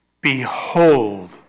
Behold